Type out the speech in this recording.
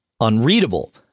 unreadable